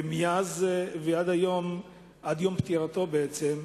ומאז ועד היום, עד יום פטירתו, בעצם,